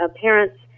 parents